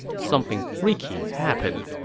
something freaky happened.